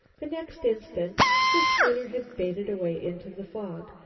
the next instant the schooner had faded away into the fog.